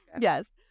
Yes